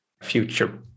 future